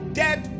dead